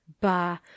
bah